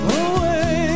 away